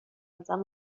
ازم